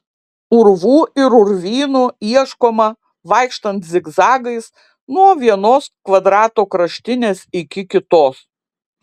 urvų ir urvynų ieškoma vaikštant zigzagais nuo vienos kvadrato kraštinės iki kitos